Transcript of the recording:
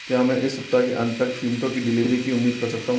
क्या मैं इस सप्ताह के अंत तक चिमटों की डिलीवरी की उम्मीद कर सकता हूँ